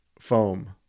foam